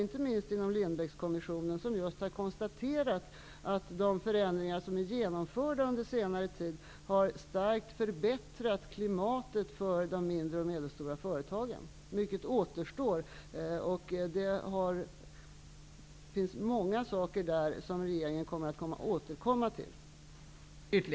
Inte minst Lindbeckkommissionen har konstaterat att de förändringar som är genomförda under senare tid starkt har förbättrat klimatet för de mindre och medelstora företagen. Mycket återstår, och det finns många saker som regeringen återkommer till.